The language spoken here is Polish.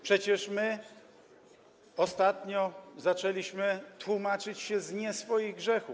Przecież my ostatnio zaczęliśmy tłumaczyć się z nie swoich grzechów.